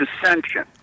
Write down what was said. dissension